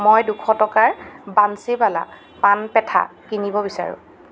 মই দুশ টকাৰ বান্সীৱালা পান পেথা কিনিব বিচাৰোঁ